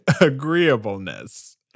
agreeableness